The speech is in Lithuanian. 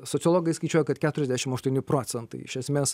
sociologai skaičiuoja kad keturiasdešim aštuoni procentai iš esmės